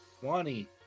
Twenty